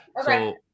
Okay